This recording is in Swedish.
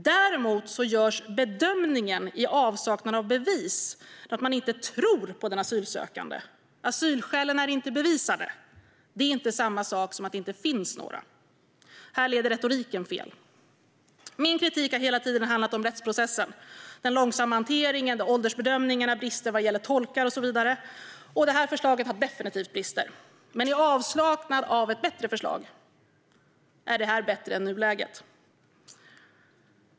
Däremot görs bedömningen, i avsaknad av bevis, att man inte tror på den asylsökande. Asylskälen är inte bevisade. Det är inte samma sak som att det inte finns några. Här leder retoriken fel. Min kritik har hela tiden handlat om rättsprocessen: den långsamma hanteringen, åldersbedömningarna, brister vad gäller tolkar och så vidare. Det här förslaget har definitivt brister. Men i avsaknad av ett bättre förslag är det här bättre än nuläget.